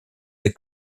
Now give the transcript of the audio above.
des